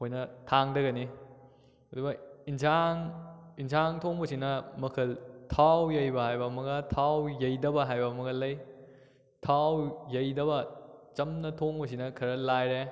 ꯑꯩꯈꯣꯏꯅ ꯊꯥꯡꯊꯒꯅꯤ ꯑꯗꯨꯒ ꯏꯟꯖꯥꯡ ꯏꯟꯖꯥꯡ ꯊꯣꯡꯕꯁꯤꯅ ꯃꯈꯜ ꯊꯥꯎ ꯌꯩꯕ ꯍꯥꯏꯕ ꯑꯃꯒ ꯊꯥꯎ ꯌꯩꯗꯕ ꯍꯥꯏꯕ ꯑꯃꯒ ꯂꯩ ꯊꯥꯎ ꯌꯩꯗꯕ ꯆꯝꯅ ꯊꯣꯡꯕꯁꯤꯅ ꯈꯔ ꯂꯥꯏꯔꯦ